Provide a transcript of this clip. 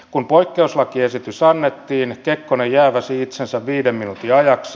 kun poikkeuslakiesitys annettiin kekkonen jääväsi itsensä viiden minuutin ajaksi